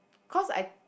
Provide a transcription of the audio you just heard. cause I